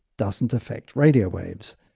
doesn't affect radio waves.